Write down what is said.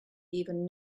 even